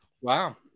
Wow